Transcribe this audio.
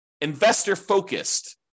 investor-focused